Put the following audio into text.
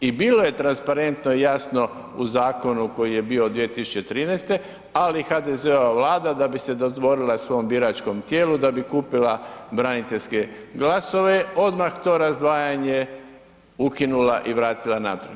I bilo je transparentno i jasno u zakonu koji je bio od 2013., ali HDZ-ova Vlada, da bi se dodvorila svom biračkom tijelu, da bi kupila braniteljske glasove, odmah to razdvajanje ukinula i vratila natrag.